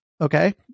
Okay